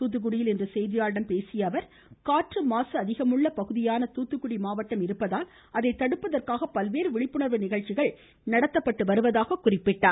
தூத்துக்குடியில் இன்று செய்தியாளர்களிடம் பேசிய அவர் காற்று மாசு அதிகமுள்ள பகுதியாக தூத்துக்குடி மாவட்டம் இருப்பதால் அதை தடுப்பதற்காக பல்வேறு விழிப்புணர்வு நிகழ்சசிகள் நடத்தப்பட்டு வருவதாக கூறினார்